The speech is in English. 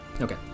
Okay